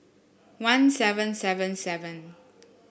one seven seven seven